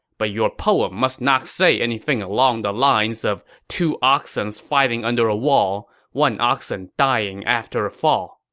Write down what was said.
but your poem must not say anything along the lines of two oxens fighting under a wall, one oxen dying after a fall.